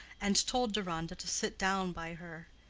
and told deronda to sit down by her.